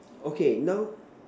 okay now